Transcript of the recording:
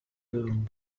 room